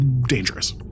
dangerous